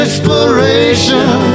Inspiration